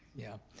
yeah.